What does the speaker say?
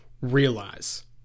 realize